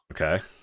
Okay